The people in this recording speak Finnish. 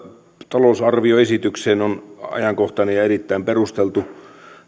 talousarvioesitykseen on ajankohtainen ja erittäin perusteltu